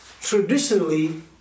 traditionally